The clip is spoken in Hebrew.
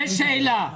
זאת שאלה.